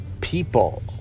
people